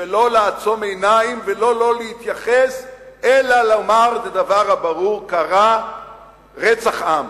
ולא לעצום עיניים ולא לא להתייחס אלא לומר את הדבר הברור: קרה רצח עם.